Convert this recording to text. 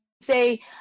say